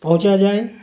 پہنچا جائے